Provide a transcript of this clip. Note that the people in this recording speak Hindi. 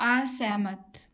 असहमत